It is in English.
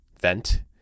vent